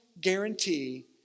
guarantee